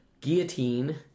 Guillotine